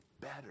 better